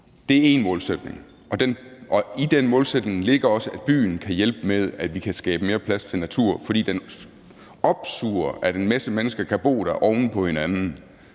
Det er én målsætning, og i den målsætning ligger også, at byen kan hjælpe med at skabe mere plads til natur, fordi den opsuger en masse mennesker, der kan bo der oven på hinanden,